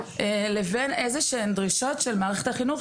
לבין איזה שהן דרישות של מערכת החינוך,